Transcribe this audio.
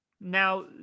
Now